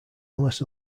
unless